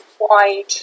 wide